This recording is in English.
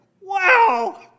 Wow